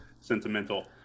sentimental